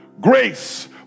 Grace